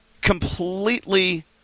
completely